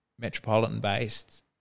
metropolitan-based